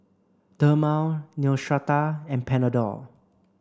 Dermale Neostrata and Panadol